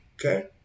Okay